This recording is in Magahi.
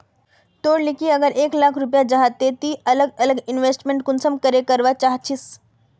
तोर लिकी अगर एक लाख रुपया जाहा ते ती अलग अलग इन्वेस्टमेंट कुंसम करे करवा चाहचिस?